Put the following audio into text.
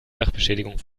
sachbeschädigung